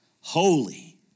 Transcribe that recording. holy